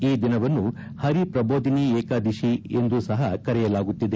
ಈ ದಿನವನ್ನು ಹರಿ ಪ್ರಬೋದಿನಿ ಏಕಾದಶಿ ಎಂದೂ ಸಹ ಕರೆಯಲಾಗುತ್ತಿದೆ